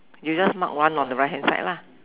you just mark one on the right hand side lah